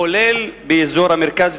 כולל באזור המרכז,